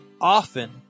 often